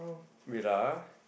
wait ah